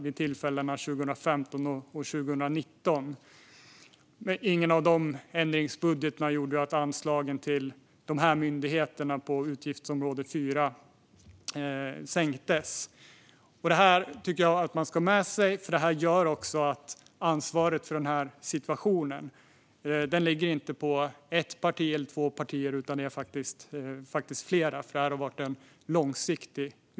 Det skedde 2015 och 2019. Ingen av ändringsbudgetarna gjorde att anslagen till myndigheterna inom utgiftsområde 4 sänktes. Det tycker jag att man ska ha med sig, eftersom det gör att ansvaret för situationen inte bara ligger på ett eller två partier utan på flera. Den här utvecklingen har skett under lång tid.